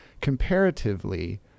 comparatively